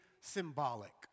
symbolic